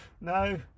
No